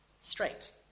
Straight